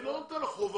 אני לא נותן לו חובה.